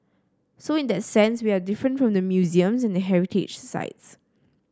so in that sense we are different from the museums and the heritage sites